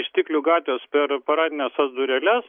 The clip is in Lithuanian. stiklių gatvės per paradines tas dureles